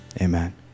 amen